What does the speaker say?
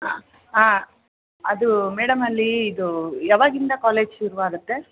ಹಾಂ ಅದು ಮೇಡಮ್ ಅಲ್ಲಿ ಇದು ಯಾವಾಗಿಂದ ಕಾಲೇಜ್ ಶುರುವಾಗತ್ತೆ